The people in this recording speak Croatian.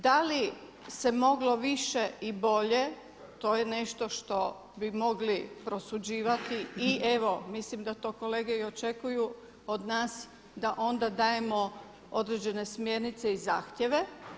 Da li se moglo više i bolje to je nešto što bi mogli prosuđivati i evo mislim da to kolege i očekuju od nas da onda dajemo određene smjernice i zahtjeve.